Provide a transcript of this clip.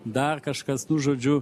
dar kažkas žodžiu